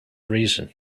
reason